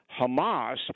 hamas